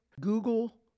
Google